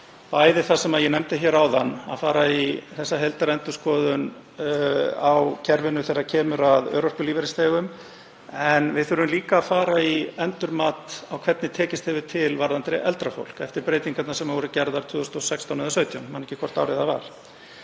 er núna það sem ég nefndi hér áðan, að fara í þessa heildarendurskoðun á kerfinu þegar kemur að örorkulífeyrisþegum, en við þurfum líka að fara í endurmat á því hvernig hefur tekist til varðandi eldra fólk eftir breytingarnar sem voru gerðar 2016 eða 2017, ég man ekki hvort árið það var.